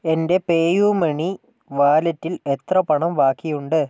എൻ്റെ PayUmoney വാലെറ്റിൽ എത്ര പണം ബാക്കിയുണ്ട്